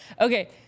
Okay